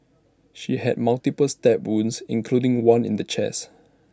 she had multiple stab wounds including one in the chest